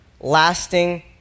lasting